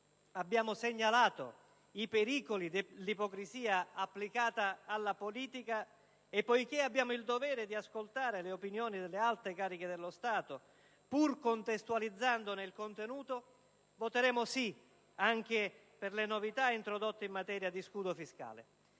abbiamo segnalato i pericoli dell'ipocrisia applicata alla politica e poiché abbiamo il dovere di ascoltare le opinioni delle alte cariche dello Stato, pur contestualizzandone il contenuto, voteremo sì anche per le novità introdotte in materia di scudo fiscale.